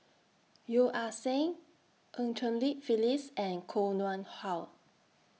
Yeo Ah Seng EU Cheng Li Phyllis and Koh Nguang How